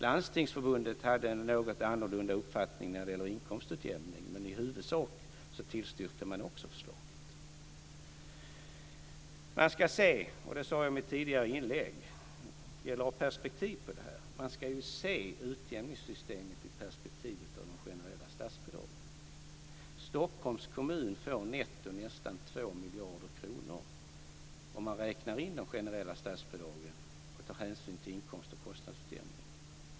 Landstingsförbundet hade en något annorlunda uppfattning när det gäller inkomstutjämning, men i huvudsak tillstyrkte man förslaget. Jag sade i mitt tidigare inlägg att man ska ha perspektiv på detta. Man ska se utjämningssystemet i perspektivet av de generella statsbidragen. Stockholms kommun får netto nästan 2 miljarder kronor om man räknar in de generella statsbidragen och tar hänsyn till inkomst och kostnadsutjämningen.